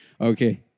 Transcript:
Okay